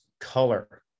color